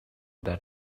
that